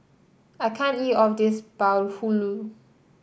I can't eat of this Bahulu